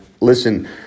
Listen